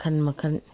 ꯃꯈꯟ ꯃꯈꯟ